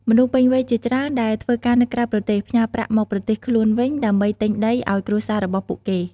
មនុស្សពេញវ័យជាច្រើនដែលធ្វើការនៅក្រៅប្រទេស ផ្ញើប្រាក់មកប្រទេសខ្លួនវិញ ដើម្បីទិញដីឱ្យគ្រួសាររបស់ពួកគេ។